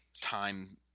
time